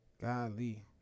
golly